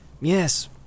Yes